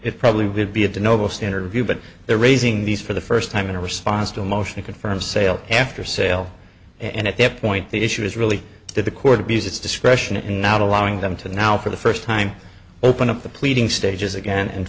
it probably would be of the noble standard view but they're raising these for the first time in response to a motion confirmed sale after sale and at that point the issue is really to the court abused its discretion in not allowing them to now for the first time open up the pleading stages again and